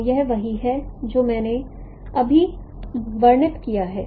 तो यह वही है जो मैंने अभी वर्णित किया है